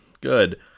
good